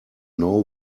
know